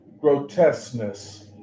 grotesqueness